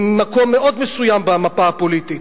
ממקום מאוד מסוים במפה הפוליטית.